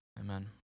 Amen